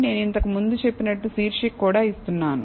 నేను ఇంతకు ముందు చెప్పినట్లు శీర్షిక కూడా ఇస్తున్నాను